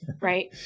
right